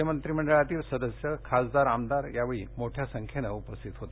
राज्यमंत्री मंडळातील सदस्य खासदार आमदार यावेळी मोठ्या संख्येने उपस्थित होते